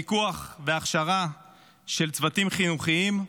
ופיקוח והכשרה של צוותים חינוכיים,